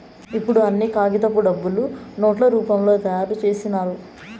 ఇప్పుడు అన్ని కాగితపు డబ్బులు నోట్ల రూపంలో తయారు చేసినారు